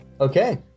Okay